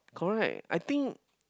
correct I think